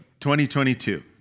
2022